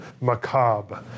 macabre